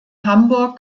hamburg